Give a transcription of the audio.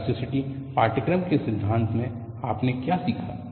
elasticity पाठ्यक्रम के सिद्धांत में आपने क्या सीखा